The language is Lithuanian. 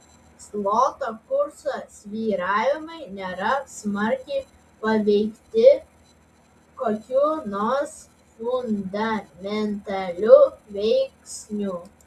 zloto kurso svyravimai nėra smarkiai paveikti kokių nors fundamentalių veiksnių